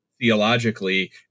theologically